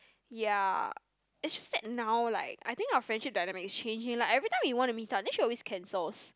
ya is just that now like I think our friendship dynamics is changing like every time we want to meet up then she always cancels